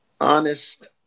honest